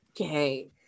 Okay